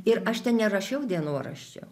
ir aš ten nerašiau dienoraščio